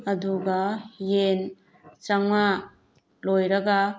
ꯑꯗꯨꯒ ꯌꯦꯟ ꯆꯥꯝꯃꯉꯥ ꯂꯣꯏꯔꯒ